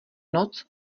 noc